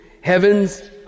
Heaven's